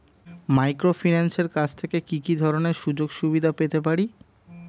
মাইক্রোফিন্যান্সের কাছ থেকে কি কি ধরনের সুযোগসুবিধা পেতে পারি?